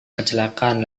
kecelakaan